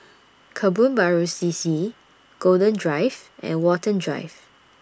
Kebun Baru C C Golden Drive and Watten Drive